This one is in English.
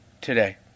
today